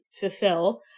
fulfill